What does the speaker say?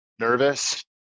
nervous